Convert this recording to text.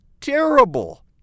terrible